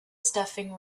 stuffing